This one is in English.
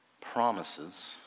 promises